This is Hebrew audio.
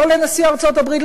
לא לנשיא ארצות-הברית,